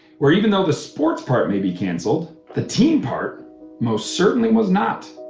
where even though the sports part may be canceled, the team part most certainly was not.